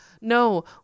no